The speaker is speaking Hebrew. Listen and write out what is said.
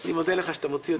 אני מודה לך, שאתה מוציא אותי.